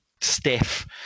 stiff